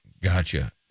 Gotcha